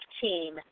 team